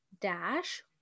dash